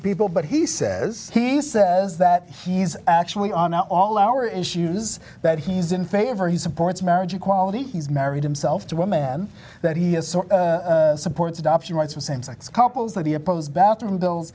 people but he says he says that he's actually on all our issues that he's in favor he supports marriage equality he's married himself to one man that he supports adoption rights for same sex couples that he opposed bathroom bills